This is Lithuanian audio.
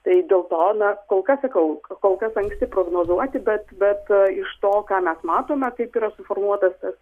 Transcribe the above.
tai dėl to na kol kas sakau kol kas anksti prognozuoti bet bet iš to ką mes matome kaip yra suformuotas tas